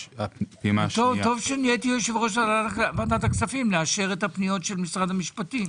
טוב שנהייתי יושב-ראש ועדת הכספים כדי לאשר את הפניות של משרד המשפטים.